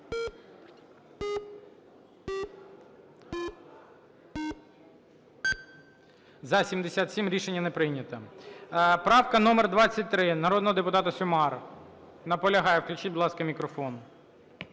За-77 Рішення не прийнято. Правка номер 23 народного депутата Сюмар. Наполягає. Включіть, будь ласка, мікрофон.